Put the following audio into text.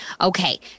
Okay